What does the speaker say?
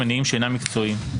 מניעים שאינם מקצועיים.